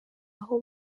aho